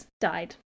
died